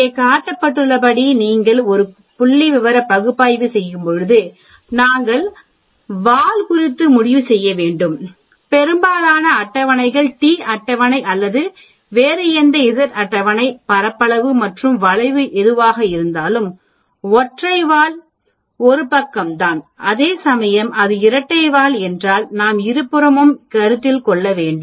இங்கே காட்டப்பட்டுள்ளபடி நீங்கள் ஒரு புள்ளிவிவர பகுப்பாய்வு செய்யும்போது நாங்கள் வால் குறித்து முடிவு செய்ய வேண்டும் பெரும்பாலான அட்டவணைகள் டி அட்டவணை அல்லது வேறு எந்த இசட் அட்டவணை பரப்பளவு மற்றும் வளைவு எதுவாக இருந்தாலும் ஒற்றை வால் 1 பக்கம்தான் அதேசமயம் அது இரட்டை வால் என்றால் நாம் இருபுறமும் கருத்தில் கொள்ள வேண்டும்